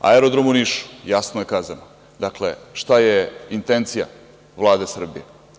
Aerodrom u Nišu, jasno je kazano, dakle, šta je intencija Vlade Srbije?